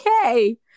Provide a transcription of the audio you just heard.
okay